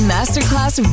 Masterclass